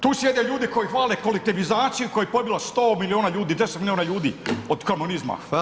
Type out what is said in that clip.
Tu sjede ljudi koji hvale kolektivizaciju koja je pobila 100 milijuna ljudi, 10 milijuna ljudi kod komunizma.